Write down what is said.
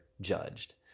judged